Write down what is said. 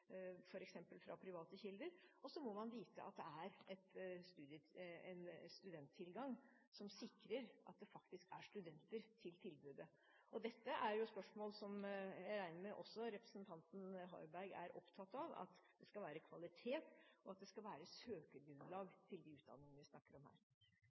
sikrer at det faktisk er studenter til tilbudet. Dette er spørsmål som jeg regner med at også representanten Harberg er opptatt av, at det skal være kvalitet, og at det skal være et søkergrunnlag til de utdanningene vi snakker om her.